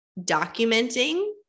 documenting